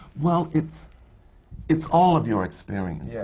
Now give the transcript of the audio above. well, it's it's all of your experiences. yes.